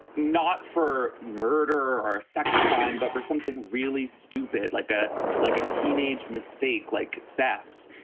not for murder or a sex crime, but for something really stupid, like a like a teenage mistake, like theft.